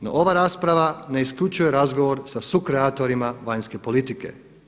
No ova rasprava ne isključuje razgovor sa sukreatorima vanjske politike.